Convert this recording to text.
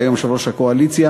והיום יושב-ראש הקואליציה,